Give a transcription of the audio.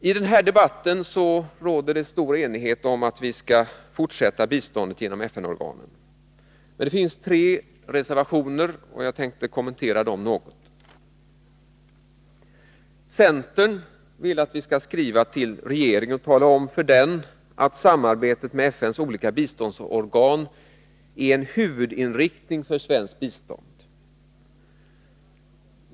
I den här debatten råder stor enighet om att vi skall fortsätta biståndet genom FN-organen. Men här finns tre reservationer som jag vill kommentera. Centern vill att vi skall skriva till regeringen och tala om för den att samarbetet med FN:s olika biståndsorgan är en huvudinriktning för svenskt bistånd.